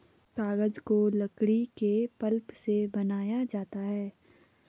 कागज को लकड़ी के पल्प से बनाया जाता है